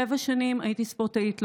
שבע שנים הייתי ספורטאית,